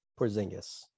Porzingis